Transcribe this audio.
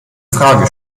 frage